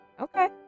Okay